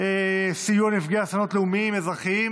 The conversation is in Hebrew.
סיוע לנפגעי אסונות לאומיים אזרחיים,